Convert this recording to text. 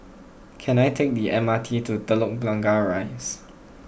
can I take the M R T to Telok Blangah Rise